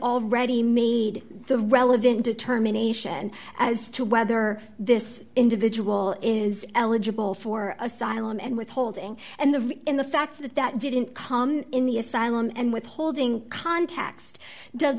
already made the relevant determination as to whether this individual is eligible for asylum and withholding and the in the fact that that didn't come in the asylum and withholding context does